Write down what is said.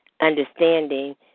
understanding